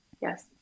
Yes